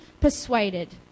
persuaded